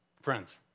Friends